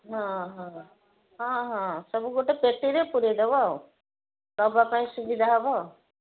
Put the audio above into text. ହଁ ହଁ ହଁ ହଁ ସବୁ ଗୋଟେ ପେଟିରେ ପୁରାଇ ଦେବ ଆଉ ନେବା ପାଇଁ ସୁବିଧା ହେବ